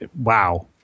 Wow